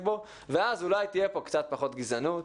בו ואז אולי תהיה פה קצת פחות גזענות.